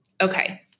okay